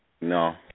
No